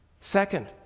Second